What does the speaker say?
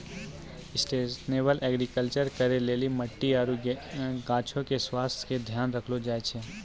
sustainable agriculture करै लेली मट्टी आरु गाछो के स्वास्थ्य के ध्यान राखलो जाय छै